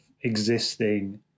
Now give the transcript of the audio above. existing